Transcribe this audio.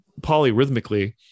polyrhythmically